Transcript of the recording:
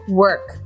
work